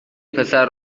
پسر